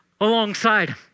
alongside